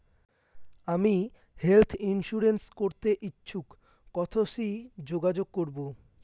আমি health insurance করতে ইচ্ছুক কথসি যোগাযোগ করবো?